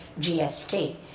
GST